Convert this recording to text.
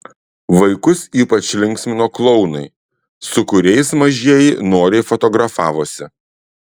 vaikus ypač linksmino klounai su kuriais mažieji noriai fotografavosi